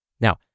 Now